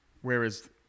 Whereas